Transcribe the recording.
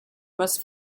must